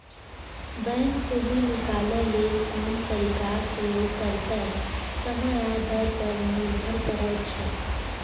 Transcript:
bank सुदि निकालय लेल कोन तरीकाक प्रयोग करतै समय आ दर पर निर्भर करै छै